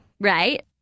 right